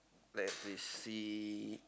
let me see